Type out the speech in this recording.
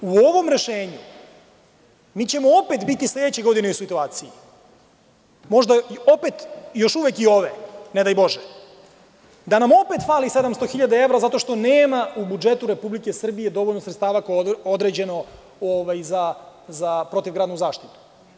U ovom rešenju, mi ćemo opet biti sledeće godine u situaciji, možda opet još uvek i ove, ne daj Bože, da nam opet fali 700 hiljada evra zato što nema u budžetu Republike Srbije dovoljno sredstava koje je određeno za protivgradnu zaštitu.